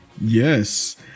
Yes